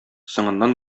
соңыннан